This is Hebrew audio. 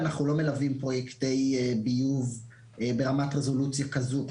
אנחנו לא מלווים פרויקטים של ביוב ברמת רזולוציה כזו,